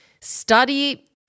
Study